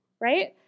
right